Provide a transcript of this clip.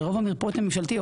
הרי רוב המרפאות הן ממשלתיות.